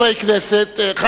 חבר הכנסת אורון,